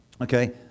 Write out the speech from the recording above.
Okay